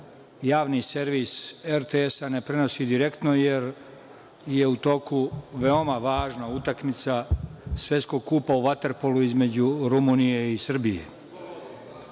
Javni servis RTS-a ne prenosi direktno, jer je u toku veoma važna utakmica Svetskog kupa u vaterpolu između Rumunije i Srbije.